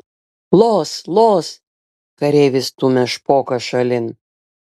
los los kareivis stumia špoką šalin